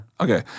Okay